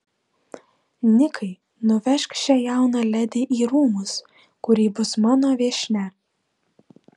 nikai nuvežk šią jauną ledi į rūmus kur ji bus mano viešnia